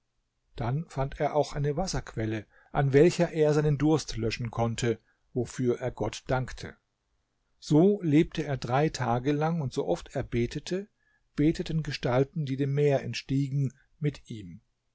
dann fand er auch eine wasserquelle an welcher er seinen durst löschen konnte wofür er gott dankte so lebte er drei tage lang und sooft er betete beteten gestalten die dem meer entstiegen mit ihm